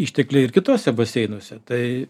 ištekliai ir kituose baseinuose tai